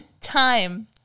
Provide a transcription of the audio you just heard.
time